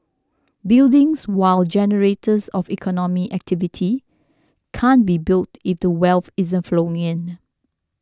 buildings while generators of economic activity can't be built if the wealth isn't flowing in